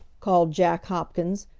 called jack hopkins,